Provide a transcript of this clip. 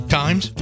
times